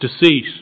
Deceit